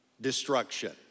destruction